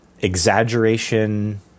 exaggeration